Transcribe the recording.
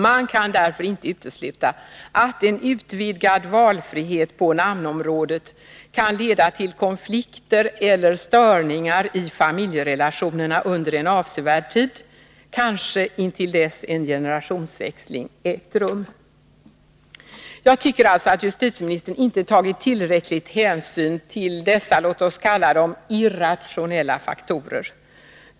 Man kan därför inte utesluta att en utvidgad valfrihet på namnområdet kan leda till konflikter eller störningar i familjerelationerna under en avsevärd tid, kanske intill dess en generationsväxling ägt rum.” Jag tycker alltså att justitieministern inte tagit tillräcklig hänsyn till dessa, låt oss kalla dem irrationella faktorer.